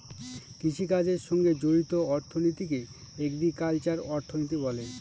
কৃষিকাজের সঙ্গে জড়িত অর্থনীতিকে এগ্রিকালচারাল অর্থনীতি বলে